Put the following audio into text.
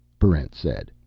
barrent said.